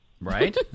Right